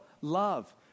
love